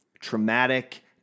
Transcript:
traumatic